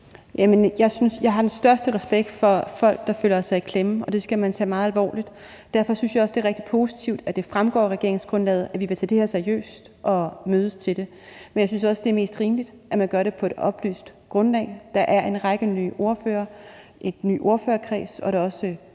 Jeg har den største respekt for folk, der føler, at de er kommet i klemme, og det skal man tage meget alvorligt. Derfor synes jeg også, det er rigtig positivt, at det fremgår af regeringsgrundlaget, at vi vil tage det her seriøst og mødes om det. Men jeg synes også, det er mest rimeligt, at man gør det på et oplyst grundlag. Der er en række nye ordførere og en ny ordførerkreds, og der er også